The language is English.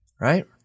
right